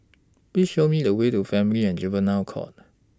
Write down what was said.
Please Show Me The Way to Family and Juvenile Court